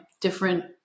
different